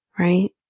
Right